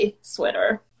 sweater